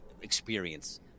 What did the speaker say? experience